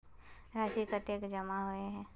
राशि कतेक जमा होय है?